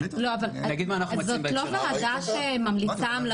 זאת לא ועדה שממליצה המלצות.